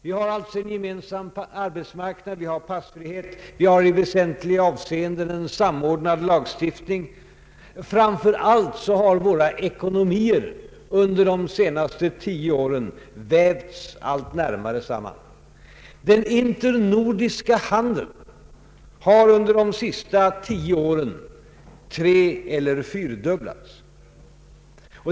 Vi har en gemensam marknad, passfrihet, i väsentliga avseenden en samordnad lagstiftning, och framför allt har våra ekonomier under de senaste tio åren vävts allt närmare samman. Den internordiska handeln har under de senaste tio åren treeller fyrdubblats.